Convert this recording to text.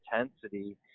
intensity